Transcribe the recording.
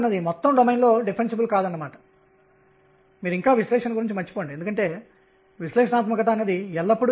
ఇది pr22mL22mR2 kr మాదిరిగా ఉంటుంది ఇప్పుడు pr2mE L2r22mkr లభిస్తుంది కాబట్టి pr2mE L2r22kmr